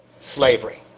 slavery